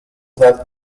that